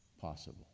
possible